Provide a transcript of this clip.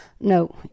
No